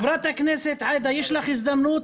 חברת הכנסת סולימאן יש לך הזדמנות,